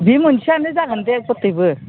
बि मोनसेआनो जागोन दे परथैबो